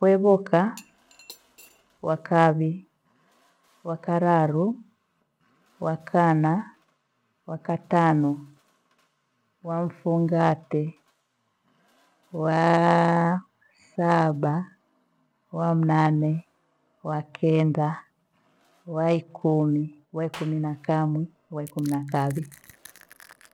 Kuevyoka, wakavi, wakararu, wakana, wakatano, wamfungate, wa- a- saba, wamnane, wakenda, waikumi, waikumi na kamwe, waikumi na kavi.